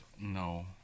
No